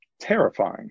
terrifying